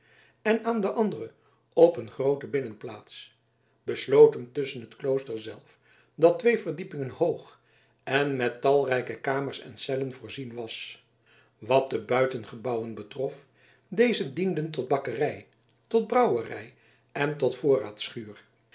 en aan de andere op een groote binnenplaats besloten tusschen het klooster zelf dat twee verdiepingen hoog en met talrijke kamers en cellen voorzien was wat de buitengebouwen betrof deze dienden tot bakkerij tot brouwerij en tot